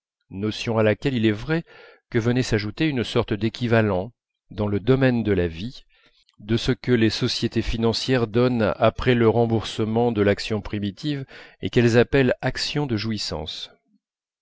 notion à laquelle il est vrai que venait s'ajouter une sorte d'équivalent dans le domaine de la vie de ce que les sociétés financières donnent après le remboursement de l'action primitive et qu'elles appellent action de jouissance